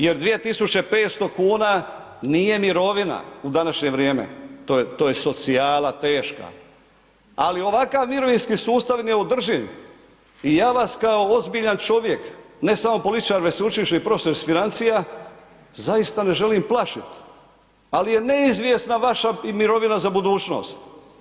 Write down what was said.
Jer 2500 kuna nije mirovina u današnje vrijeme, to je socijala teška ali ovakav mirovinski sustav je neodrživ i ja vas kao ozbiljan čovjek, ne samo političar već sveučilišni profesor iz financija zaista ne želim plašiti ali je neizvjesna vaša i mirovina za budućnost.